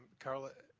carla,